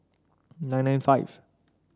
nine nine five